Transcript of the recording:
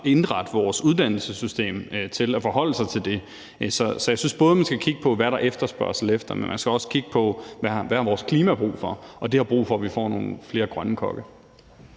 indrette vores uddannelsessystem til at forholde sig til det. Så jeg synes både, man skal kigge på, hvad der er efterspørgsel efter, men man skal også kigge på, hvad vores klima har brug for, og det har brug for, at vi får nogle flere grønne kokke.